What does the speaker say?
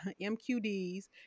mqds